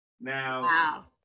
Now